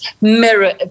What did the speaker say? mirror